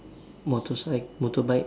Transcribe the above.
motorcycle motorbike